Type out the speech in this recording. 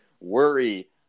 worry